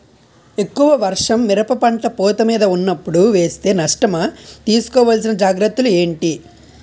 ఎక్కువ వర్షం మిరప పంట పూత మీద వున్నపుడు వేస్తే నష్టమా? తీస్కో వలసిన జాగ్రత్తలు ఏంటి?